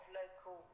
local